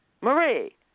Marie